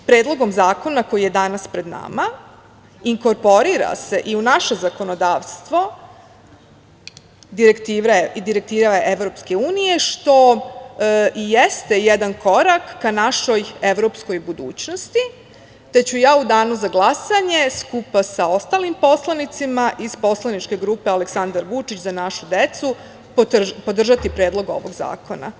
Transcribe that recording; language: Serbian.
Predlogom zakona koji je danas pred nama inkorporira se i u naše zakonodavstvo Direktiva Evropske unije, što i jeste jedan korak ka našoj evropskoj budućnosti, te ću ja u danu za glasanje, skupa sa ostalim poslanicima iz poslaničke grupe „Aleksandar Vučić – Za našu decu“ podržati Predlog ovog zakona.